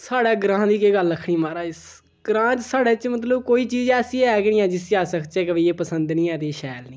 साढ़े ग्रांऽ दी केह् गल्ल आखनी माराज ग्रांऽ च साढ़े च मतलब कोई चीज ऐसी ऐ गै नेईं ऐ जिसी अस आखचै कि एह् पसंद नेईं ऐ ते एह् शैल नेईं ऐ